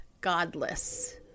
godless